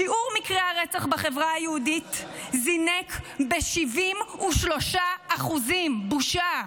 שיעור מקרי הרצח בחברה היהודית זינק ב-73% בושה,